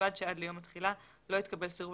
ובלבד שעד ליום התחילה לא התקבל סירוב